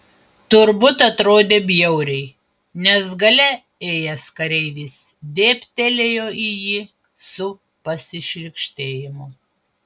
turbūt atrodė bjauriai nes gale ėjęs kareivis dėbtelėjo į jį su pasišlykštėjimu